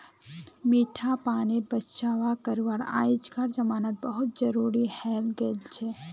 मीठा पानीर बचाव करवा अइजकार जमानात बहुत जरूरी हैं गेलछेक